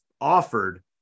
offered